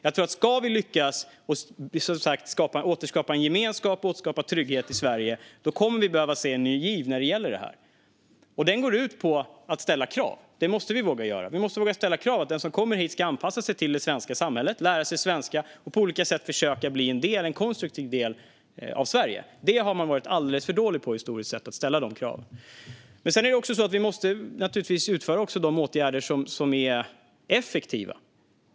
Jag tror att om vi ska lyckas återskapa gemenskap och trygghet i Sverige kommer vi att behöva en ny giv när det gäller detta, en som går ut på att ställa krav. Det måste vi våga göra. Vi måste våga ställa krav att den som kommer hit ska anpassa sig till det svenska samhället, lära sig svenska och på olika sätt försöka bli en konstruktiv del av Sverige. De kraven har man historiskt sett varit alldeles för dålig på att ställa. Vi måste också utföra de åtgärder som är effektiva.